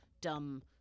dumb